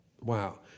Wow